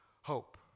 hope